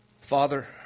Father